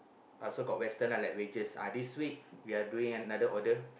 I also got Western lah like wedges uh this week we are doing another order